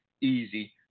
easy